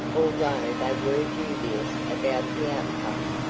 although they were dubious about the outcome.